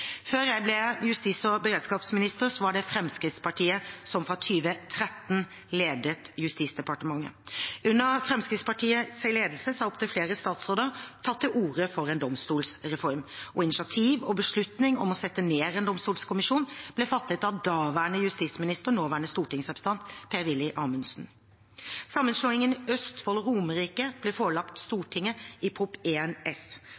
Før jeg ble justis- og beredskapsminister, var det Fremskrittspartiet som fra 2013 ledet Justisdepartementet. Under Fremskrittspartiets ledelse har opptil flere statsråder tatt til orde for en domstolsreform, og initiativ og beslutning om å sette ned en domstolkommisjon ble fattet av daværende justisminister, nåværende stortingsrepresentant Per-Willy Amundsen. Sammenslåingene i Østfold og på Romerike ble forelagt Stortinget i Prop. 1 S